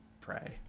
pray